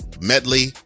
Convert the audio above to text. medley